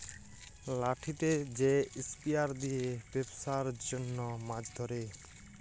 লাঠিতে যে স্পিয়ার দিয়ে বেপসার জনহ মাছ ধরে